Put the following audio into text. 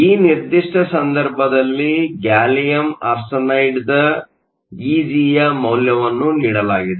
ಈ ನಿರ್ದಿಷ್ಟ ಸಂದರ್ಭದಲ್ಲಿ ಗ್ಯಾಲಿಯಮ್ ಆರ್ಸೆನೈಡ್ದ ಇಜಿಯ ಮೌಲ್ಯವನ್ನು ನೀಡಲಾಗಿದೆ